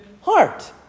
heart